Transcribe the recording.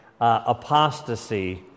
apostasy